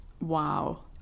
Wow